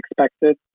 expected